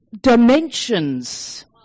dimensions